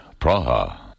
Praha